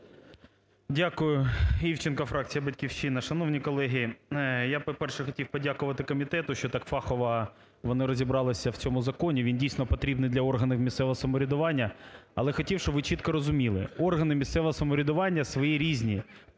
Дякую. Івченко, фракція "Батьківщина". Шановні колеги, я, по-перше, хотів подякувати комітету, що так фахово вони розібралися в цьому законі. Він, дійсно, потрібний для органів місцевого самоврядування. Але хотів, щоб ви чітко розуміли: органи місцевого самоврядування своєрізні